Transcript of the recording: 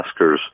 Oscars